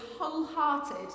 wholehearted